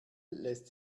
lässt